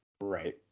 Right